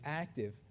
active